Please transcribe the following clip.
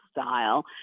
style